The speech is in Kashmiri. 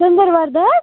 ژنٛدروارِ دۄہ حظ